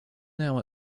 now